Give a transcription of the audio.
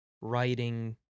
writing